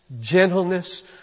gentleness